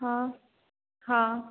हाँ हाँ